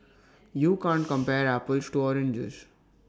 you can't compare apples to oranges